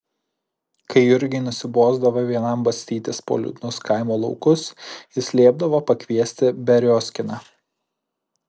kai jurgiui nusibosdavo vienam bastytis po liūdnus kaimo laukus jis liepdavo pakviesti beriozkiną